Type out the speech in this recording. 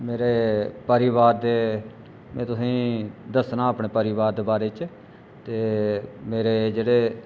मेरे परोआरर दे में तुसें गी दस्सना अपने परोआर दे बारे च ते मेरे जेह्ड़े